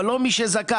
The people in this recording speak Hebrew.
אבל לא מי שזכאי.